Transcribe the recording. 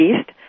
East